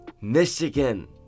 Michigan